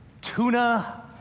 Tuna